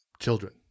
children